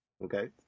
Okay